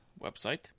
website